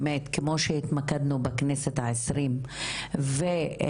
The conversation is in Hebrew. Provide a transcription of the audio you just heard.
באמת כמו שהתמקדנו בכנסת העשרים והגענו